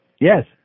Yes